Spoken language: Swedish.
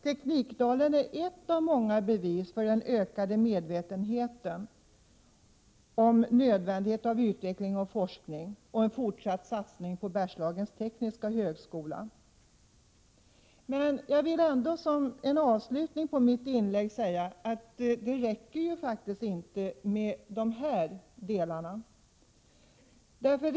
Teknikdalen är ett av många bevis för den ökade medvetenheten om nödvändighet av utveckling och forskning och fortsatt satsning på Bergslagens tekniska högskola. Jag vill ändå som avslutning på mitt inlägg säga att det faktiskt inte räcker med dessa delar.